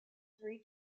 three